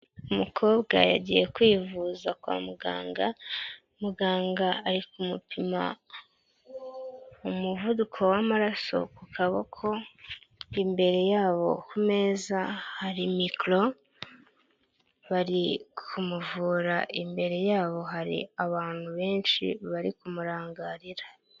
Umukobwa yagiye kwivuza kwa muganga, muganga ari kumupima umuvuduko w'amaraso ku kaboko. Imbere yabo ku meza hari micoro bari kumuvura, imbere yabo hari abantu benshi bari kumurangarira.